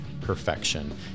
perfection